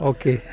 Okay